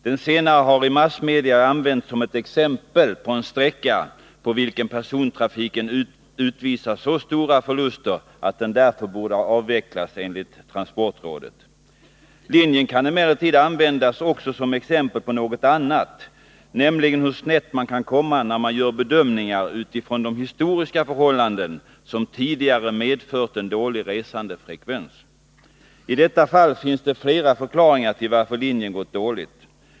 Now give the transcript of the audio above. Den senare har i massmedia använts som exempel på en sträcka, på vilken Linjen kan emellertid användas också som exempel på något annat, nämligen hur snett man kan komma när man gör bedömningar utifrån de historiska förhållanden som tidigare medfört en dålig resandefrekvens. I detta fall finns det flera förklaringar till att linje gått dåligt.